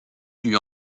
lui